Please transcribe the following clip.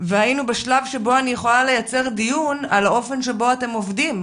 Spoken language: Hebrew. והיינו בשלב שבו אני יכולה לייצר דיון על האופן שבו אתם עובדים,